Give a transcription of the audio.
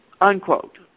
unquote